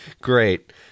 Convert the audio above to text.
great